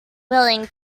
willing